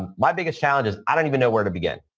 and my biggest challenge is i don't even know where to begin.